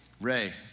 Ray